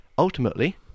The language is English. Ultimately